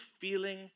feeling